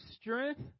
strength